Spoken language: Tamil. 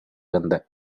வந்த